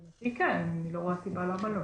לדעתי כן, אני לא רואה סיבה למה לא.